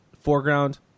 foreground